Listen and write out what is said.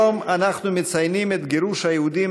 היום אנחנו מציינים את גירוש היהודים